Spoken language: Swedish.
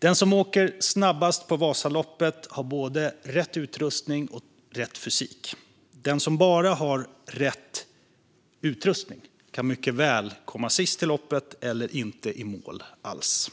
Den som åker snabbast på Vasaloppet har både rätt utrustning och rätt fysik. Den som bara har rätt utrustning kan mycket väl komma sist i loppet eller inte komma i mål alls.